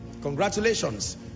Congratulations